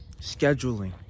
Scheduling